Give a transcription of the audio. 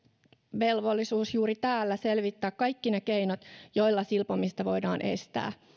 velvollisuus juuri täällä selvittää kaikki ne keinot joilla silpomista voidaan estää